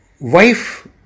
wife